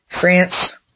France